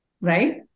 right